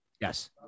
Yes